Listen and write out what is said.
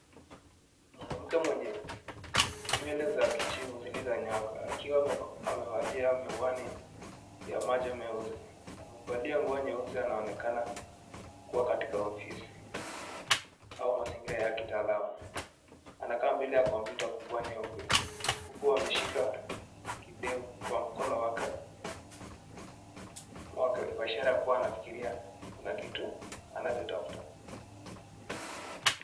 Mwanamke mwenye nywele za kijivu zilizonyooka akiwa amevalia miwani ya macho meusi. Amevalia nguo nyeusi anaonekana kuwa katika ofisi au mazingira ya kitaalamu. Anakaa mbele ya kompyuta kubwa nyeupe huku ameshika kideo kwa mkono wake kuashiria kuwa anafikiria kuna kitu anachokitafuta.